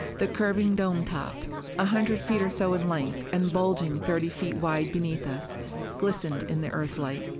the curving dome top a hundred feet or so in length, and bulging thirty feet wide beneath us glistened in the earthlight.